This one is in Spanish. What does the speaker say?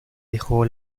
dejó